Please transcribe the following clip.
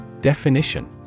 Definition